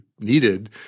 needed